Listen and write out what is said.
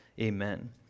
Amen